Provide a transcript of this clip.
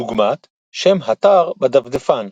בדוגמת שם אתר בדפדפן,